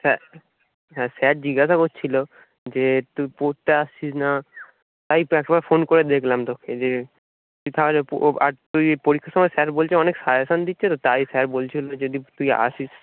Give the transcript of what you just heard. sir হ্যাঁ sir জিজ্ঞাসা করছিল যে তুই পড়তে আসছিস না তাই তো একবার ফোন করে দেখলাম তোকে যে তুই তাহলে পো ও আর তুই এই পরীক্ষার সময় স্যার বলছে অনেক সাজেশন দিচ্ছে তো তাই স্যার বলছিল যদি তুই আসিস